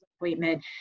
appointment